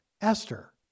Esther